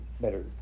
better